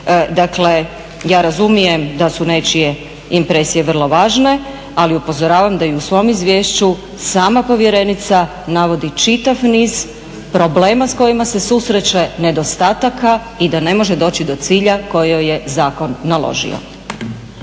Dakle, ja razumijem da su nečije impresije vrlo važne, ali upozoravam da i u svom izvješću sama povjerenica navodi čitav niz problema s kojima se susreće nedostataka i da ne može doći do cilja koji joj je zakon naložio.